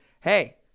Hey